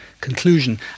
conclusion